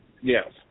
Yes